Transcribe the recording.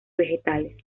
vegetales